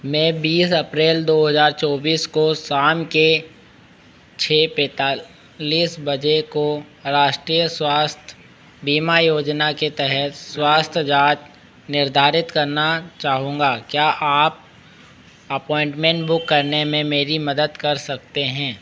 मैं बीस अप्रैल दो हज़ार चौबीस को शाम के छः पैंतालिस बजे को राष्ट्रीय स्वास्थ्य बीमा योजना के तहत स्वास्थ्य जाँच निर्धारित करना चाहूँगा क्या आप अपोइंटमेंट बुक करने में मेरी मदद कर सकते हैं